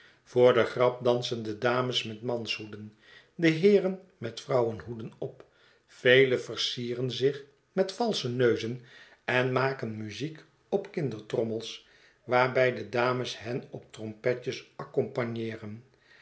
voor de grap dansen de dames met manshoeden de heeren met vrouwenhoeden op vele versieren zich met valsche neuzen en maken muziek op kindertrommels waarbij de dames hen op trompetjes accompagneeren